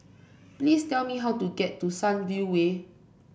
please tell me how to get to Sunview Way